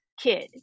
kid